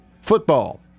football